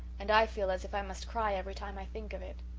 and i feel as if i must cry every time i think of it.